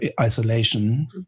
isolation